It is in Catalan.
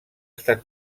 estat